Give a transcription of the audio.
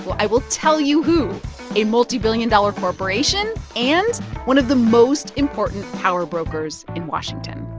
i will tell you who a multibillion-dollar corporation and one of the most important power brokers in washington